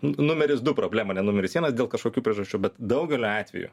nu numeris du problemą ne numeris vienas dėl kažkokių priežasčių bet daugeliu atveju